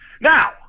Now